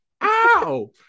ow